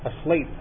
asleep